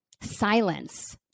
silence